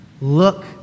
Look